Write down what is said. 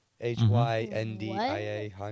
H-Y-N-D-I-A